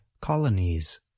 colonies